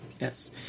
Yes